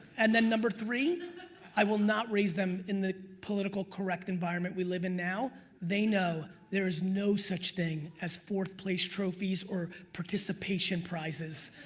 and then number three i will not raise them in the political correct environment we live in now, they know there is no such thing as fourth place trophies or participation prizes.